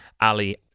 Ali